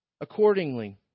accordingly